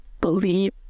believe